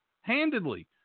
Handedly